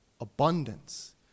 abundance